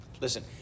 Listen